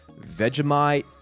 Vegemite